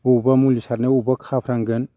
बबावबा मुलि सारनायाव बबावबा खाफ्रांगोन